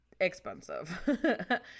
expensive